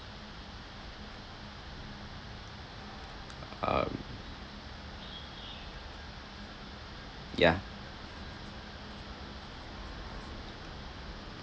um yeah